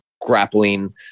grappling